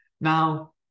Now